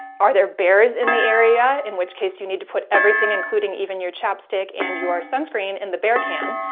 are there bears in the area? in which case you need to put everything, including even your chapstick and your sunscreen in the bear can.